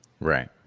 Right